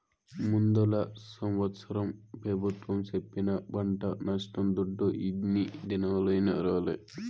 ముందల సంవత్సరం పెబుత్వం సెప్పిన పంట నష్టం దుడ్డు ఇన్ని దినాలైనా రాలే